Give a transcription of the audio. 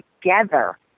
together